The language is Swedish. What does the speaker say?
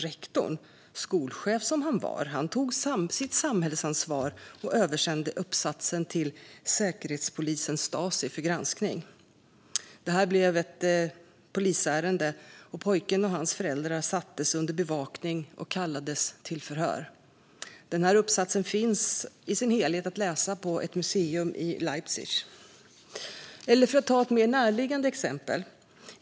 Rektorn, skolchef som han var, tog sitt samhällsansvar och översände uppsatsen till säkerhetspolisen Stasi för granskning. Det blev ett polisärende, och pojken och hans föräldrar sattes under bevakning och kallades till förhör. Denna uppsats finns i sin helhet att läsa på ett museum i Leipzig. Jag kan ta ett mer närliggande exempel.